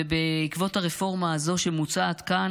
ובעקבות הרפורמה הזאת שמוצעת כאן,